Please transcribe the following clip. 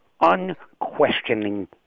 unquestioning